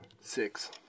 six